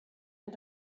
and